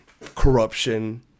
corruption